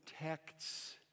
protects